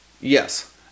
Yes